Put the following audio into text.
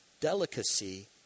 delicacy